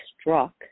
struck